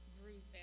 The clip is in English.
group